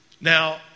Now